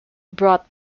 brought